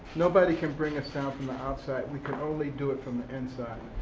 nobody can bring us down from the outside. we can only do it from the inside.